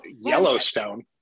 Yellowstone